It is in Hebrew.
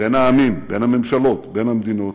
בין העמים, בין הממשלות, בין המדינות.